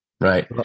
right